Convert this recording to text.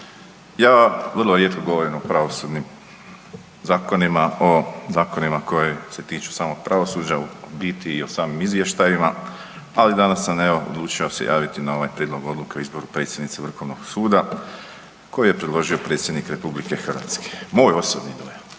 ja vrlo rijetko govorim o pravosudnim zakonima, o zakonima koji se tiču samog pravosuđa u biti i o samim izvještajima, ali danas sam evo odlučio se javiti na ovaj Prijedlog Odluke o izboru predsjednice Vrhovnog suda koji je predložio predsjednik RH. Moj osobni dojam